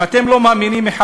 אם אתם לא מאמינים איש